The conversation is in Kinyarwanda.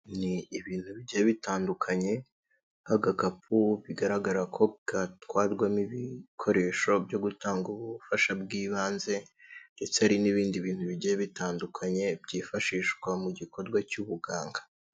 Ni ibintu bigiye bitandukanye, nk'agakapuu bigaragara ko gatwarwamo ibikoresho byo gutanga ubufasha bw'ibanze ndetse hari n'ibindi bintu bigiye bitandukanye byifashishwa mu gikorwa cy'ubuganga.